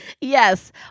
Yes